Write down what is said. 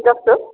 जस्तो